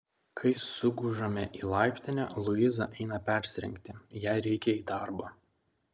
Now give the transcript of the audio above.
kai sugužame į laiptinę luiza eina persirengti jai reikia į darbą